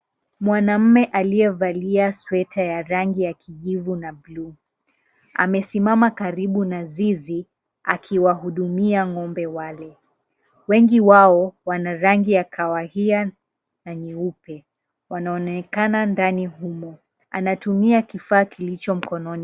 Mwanamume aliyevalia sweta ya rangi ya kijivu na bluu. Amesimama karibu na zizi akiwahudumia ng'ombe wale. Wengi wao wana rangi ya kawahiya na nyeupe. Wanaonekana ndani humo, anatumia kifaa kilicho mkononi.